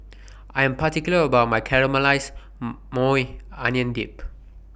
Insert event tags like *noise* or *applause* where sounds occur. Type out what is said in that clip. I Am particular about My Caramelized *noise* Maui Onion Dip